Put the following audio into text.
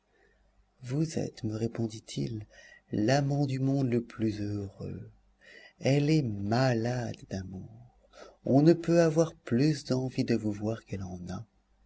vous êtes me répondit-il l'amant du monde le plus heureux elle est malade d'amour on ne peut avoir plus d'envie de vous voir qu'elle en a